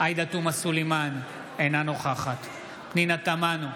עאידה תומא סלימאן, אינה נוכחת פנינה תמנו,